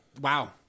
wow